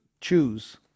choose